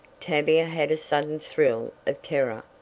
tavia had a sudden thrill of terror.